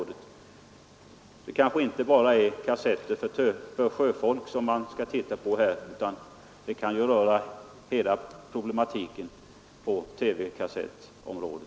Det kanske inte bara är kassetter för sjöfolk som man skall titta på, utan det kan röra hela problematiken på TV-kassettområdet.